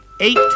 eight